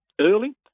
early